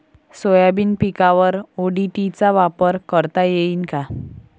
Soybean पिकावर ODT चा वापर करता येईन का?